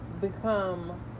Become